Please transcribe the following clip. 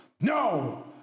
No